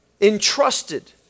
entrusted